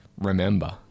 remember